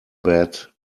bad